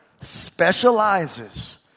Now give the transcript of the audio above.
specializes